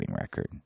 record